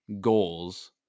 goals